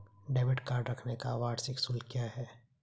Debit card रखने का वार्षिक शुल्क क्या है?